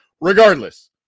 regardless